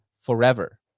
forever